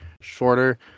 shorter